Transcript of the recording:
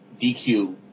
DQ